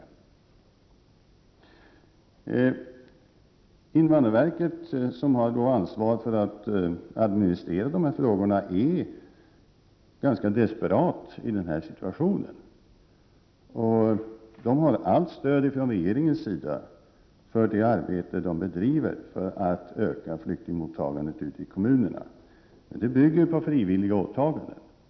På invandrarverket, som har ansvar för att administrera dessa frågor, är man ganska desperat i denna situation. Invandrarverket har allt stöd från regeringens sida för det arbete som bedrivs för att öka flyktingmottagandet ute i kommunerna, vilket bygger på frivilliga åtaganden.